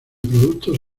productos